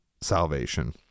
salvation